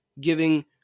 giving